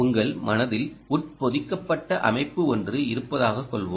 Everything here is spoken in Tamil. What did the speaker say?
உங்கள் மனதில் உட்பொதிக்கப்பட்ட அமைப்பு ஒன்று இருப்பதாகக் கொள்வோம்